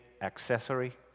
accessory